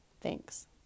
Thanks